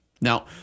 Now